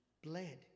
bled